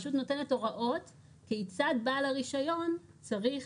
השליטה יודיע לבעל הרישיון או לבעל היתר השליטה,